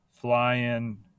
flying